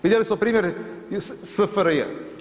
Vidjeli smo primjer iz SFRJ.